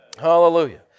Hallelujah